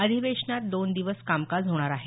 अधिवेशनात दोन दिवस कामकाज होणार आहे